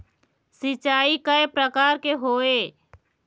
सिचाई कय प्रकार के होये?